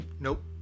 nope